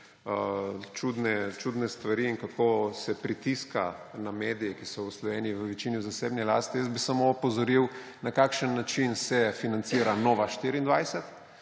čudne stvari in kako se pritiska na medije, ki so v Sloveniji v večini v zasebni lasti. Jaz bi samo opozoril, na kakšen način se financira Nova24.